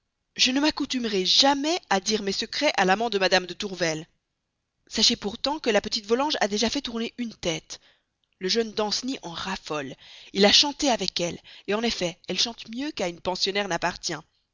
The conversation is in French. je ne m'accoutumerai jamais à dire mes secrets à l'amant de madame de tourvel sachez pourtant que la petite volanges a déjà fait tourner une tête le jeune danceny en raffole il a chanté avec elle en effet elle chante mieux qu'à une pensionnaire n'appartient